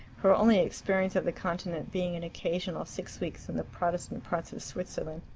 her only experience of the continent being an occasional six weeks in the protestant parts of switzerland.